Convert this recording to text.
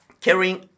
carrying